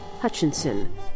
Hutchinson